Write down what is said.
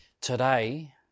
Today